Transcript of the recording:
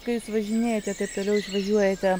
kai jūs važinėjate taip toliau išvažiuojate